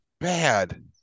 bad